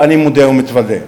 ואני מודה ומתוודה,